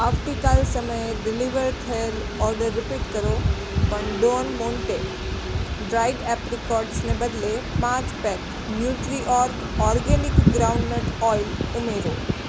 આવતીકાલ સમયે ડિલિવર થયેલ ઓર્ડર રીપીટ કરો પણ ડોન મોન્ટે ડ્રાઈડ એપ્રીકોટ્સને બદલે પાંચ pack Nutriorg organic groundnut oil ઉમેરો